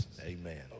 Amen